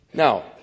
Now